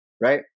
Right